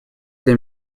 для